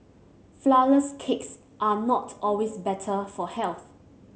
flourless cakes are not always better for health